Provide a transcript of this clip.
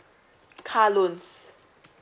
car loans